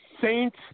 Saint